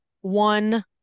one